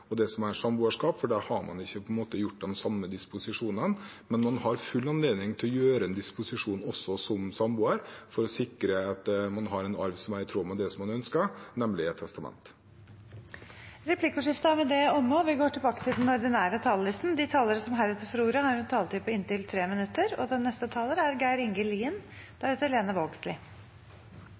og det som er samboerskap, for der har man ikke gjort de samme disposisjonene. Men man har full anledning til å gjøre en disposisjon også som samboer for å sikre at man har en arv som er i tråd med det man ønsker, nemlig et testamente. Replikkordskiftet er omme. De talere som heretter får ordet, har en taletid på inntil 3 minutter. Mange landbrukseigedomar inngår i dødsbu, og det er